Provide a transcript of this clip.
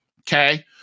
Okay